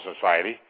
Society